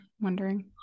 wondering